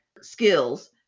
skills